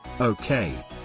Okay